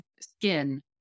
skin